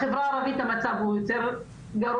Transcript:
בחברה הערבית המצב הוא יותר גרוע.